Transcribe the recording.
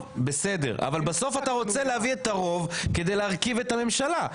אבל בסוף אתה רוצה להביא את הרוב כדי להרכיב את הממשלה,